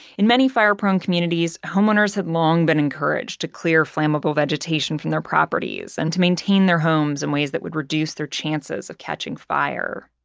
in many fire-prone communities, homeowners had long been encouraged to clear flammable vegetation from their properties and to maintain their homes in ways that would reduce their chances of catching fire.